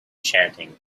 chanting